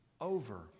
over